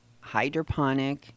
hydroponic